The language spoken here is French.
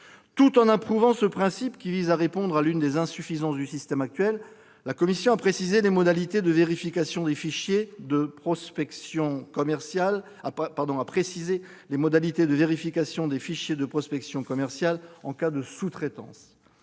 Tout en approuvant ce principe, qui vise à répondre à l'une des insuffisances du système actuel, la commission a précisé les modalités de vérification des fichiers de prospection commerciale en cas de sous-traitance.